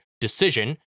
decision